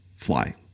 fly